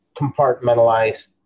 compartmentalize